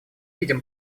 видим